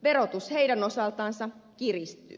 verotus heidän osaltansa kiristyy